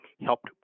helped